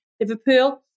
Liverpool